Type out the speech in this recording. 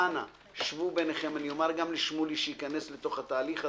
אנא שבו ביניכם אומר גם לאיציק שמולי שייכנס לתוך התהליך הזה,